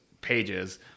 pages